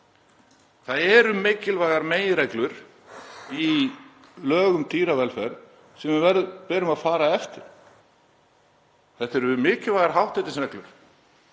Það eru mikilvægar meginreglur í lögum um dýravelferð sem okkur ber að fara eftir. Þetta eru mikilvægar hátternisreglur.